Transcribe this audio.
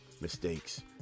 mistakes